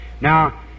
Now